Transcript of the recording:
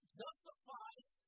justifies